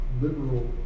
liberal